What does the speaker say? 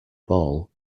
ball